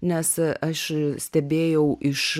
nes aš stebėjau iš